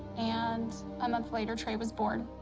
and a month later, trey was born.